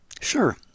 Sure